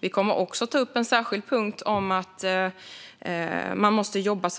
Vi kommer också att ta upp en särskild punkt om att man måste jobba